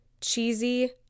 cheesy